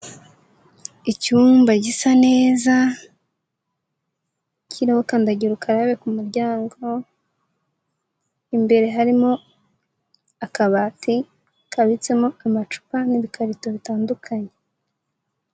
Icyumba gisa neza kiriho kandagira ukararabe ku muryango, imbere harimo akabati kabitsemo amacupa n'ibikarito bitandukanye.